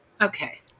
Okay